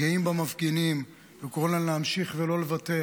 גאים במפגינים וקוראים להם להמשיך ולא לוותר